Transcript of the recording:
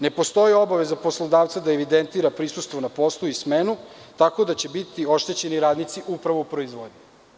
Ne postoji obaveza poslodavca da evidentira prisustvo na poslu i smenu, tako da će biti oštećeni radnici upravo u proizvodnji.